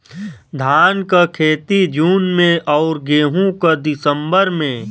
धान क खेती जून में अउर गेहूँ क दिसंबर में?